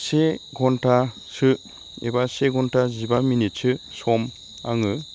से घन्टासो एबा से घन्टा जिबा मिनिट सम आङो